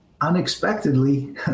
unexpectedly